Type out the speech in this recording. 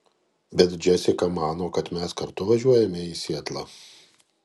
bet džesika mano kad mes kartu važiuojame į sietlą